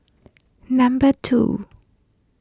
number two